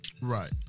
Right